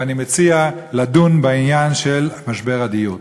ואני מציע לדון בעניין של משבר הדיור.